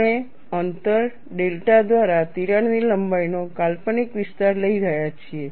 આપણે અંતર ડેલ્ટા દ્વારા તિરાડની લંબાઈનો કાલ્પનિક વિસ્તાર લઈ રહ્યા છીએ